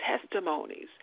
testimonies